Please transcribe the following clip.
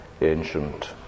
ancient